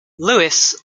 lewis